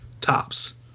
tops